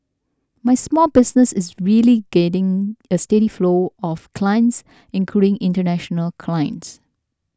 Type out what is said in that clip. my small business is really gaining a steady flow of clients including international clients